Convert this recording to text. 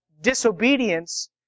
disobedience